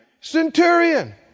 centurion